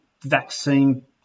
vaccine